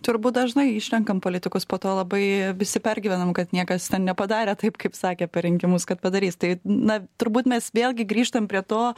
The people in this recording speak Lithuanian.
turbūt dažnai išrenkam politikus po to labai visi pergyvenam kad niekas ten nepadarė taip kaip sakė per rinkimus kad padarys tai na turbūt mes vėlgi grįžtam prie to